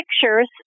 pictures